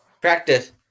practice